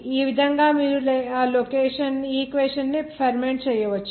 ఆ విధంగా మీరు ఈక్వేషన్ ని ఫెర్మెంట్ చేయవచ్చు